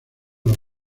los